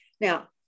Now